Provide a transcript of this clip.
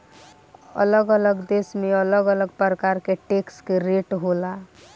अलग अलग देश में अलग अलग प्रकार के टैक्स के रेट होला